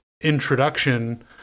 introduction